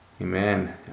Amen